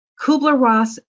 Kubler-Ross